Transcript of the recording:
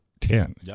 Ten